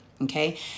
okay